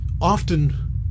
often